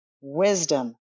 wisdom